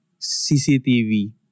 CCTV